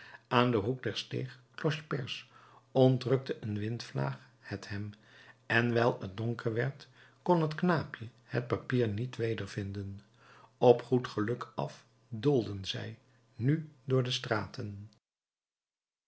aan den hoek der steeg cloche perce ontrukte een windvlaag het hem en wijl t donker werd kon het knaapje het papier niet wedervinden op goed geluk af doolden zij nu door de straten